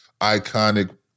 iconic